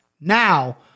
now